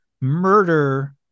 murder